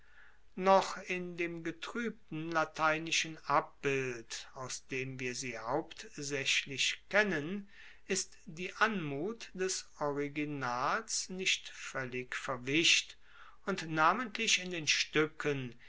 noch in dem getruebten lateinischen abbild aus dem wir sie hauptsaechlich kennen ist die anmut des originals nicht voellig verwischt und namentlich in den stuecken